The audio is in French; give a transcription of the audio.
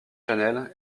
channel